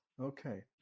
Okay